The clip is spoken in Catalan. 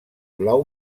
blau